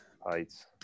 heights